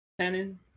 Tannen